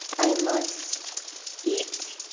i must eat,